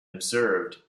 observed